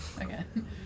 Again